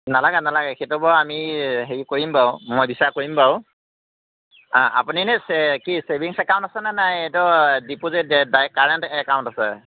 নালাগে নালাগে সেইটো বাৰু আমি হেৰি কৰিম বাৰু মই বিচাৰ কৰিম বাৰু আঁ আপুনি এনেই কি চেভিংছ একাউন্টছ আছে নে এইটো ডিপ'জিট ডাইৰেক্ট কাৰেন্ট একাউন্ট আছে